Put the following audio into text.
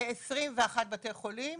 ב-21 בתי חולים.